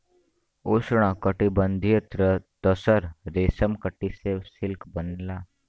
उष्णकटिबंधीय तसर रेशम कीट से सिल्क बनला